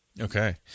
Okay